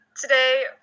today